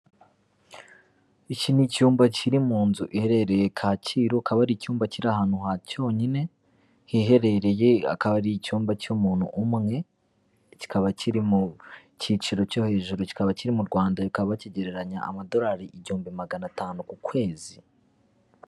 Iki ni icyumba kiri mu nzu iherereye Kacyiru, akaba ari icyumba kiri ahantu hacyonyine hiherereye, akaba ari icyumba cy'umuntu umwe, kikaba kiri mu cyiciro cyo hejuru, kikaba kiri mu Rwanda, bakaba bakigereranya amadolari igihumbi magana atanu ku kwezi.